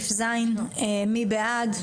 מי בעד?